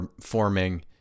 forming